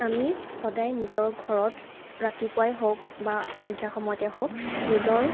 আমি সদায় নিজৰ ঘৰত ৰাতিপুৱাই হওক বা সন্ধ্যা সময়তেই হওক নিজৰ